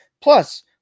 Plus